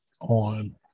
on